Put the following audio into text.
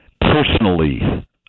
personally